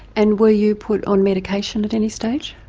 and were you put on medication at any stage?